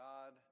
God